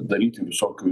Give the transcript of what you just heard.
daryti visokių